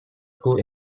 school